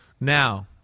Now